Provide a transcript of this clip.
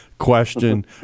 question